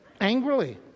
Angrily